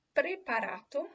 preparato